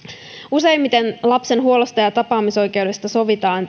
useimmiten lapsen huollosta ja tapaamisoikeudesta sovitaan